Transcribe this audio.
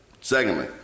secondly